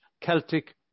Celtic